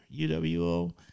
UWO